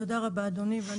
תודה רבה, אדוני היושב-ראש.